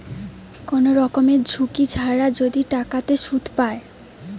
কোন রকমের ঝুঁকি ছাড়া যদি টাকাতে সুধ পায়